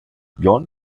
yuen